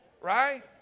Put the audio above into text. Right